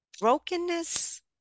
brokenness